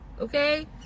okay